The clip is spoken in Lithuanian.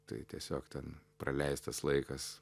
tai tiesiog ten praleistas laikas